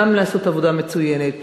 גם לעשות עבודה מצוינת,